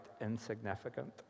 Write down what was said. insignificant